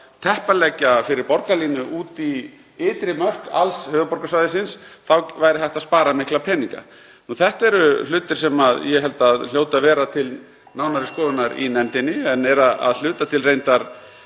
teppaleggja fyrir borgarlínu út í ytri mörk alls höfuðborgarsvæðisins væri hægt að spara mikla peninga. Þetta eru hlutir sem ég held að hljóti að vera til nánari skoðunar í nefndinni en hafa að hluta til verið